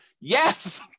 Yes